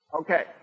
Okay